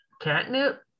Catnip